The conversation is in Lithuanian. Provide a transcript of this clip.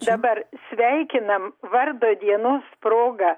dabar sveikinam vardo dienos proga